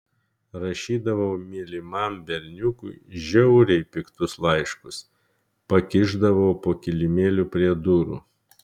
rašydavau mylimam berniukui žiauriai piktus laiškus pakišdavau po kilimėliu prie durų